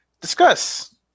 discuss